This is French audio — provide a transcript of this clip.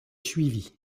suivi